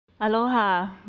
Aloha